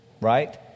right